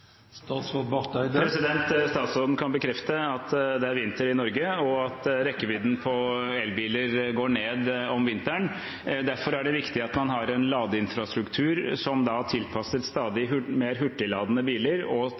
Statsråden kan bekrefte at det er vinter i Norge, og at rekkevidden på elbiler går ned om vinteren. Derfor er det viktig at man har en ladeinfrastruktur som er tilpasset stadig mer hurtigladende biler, og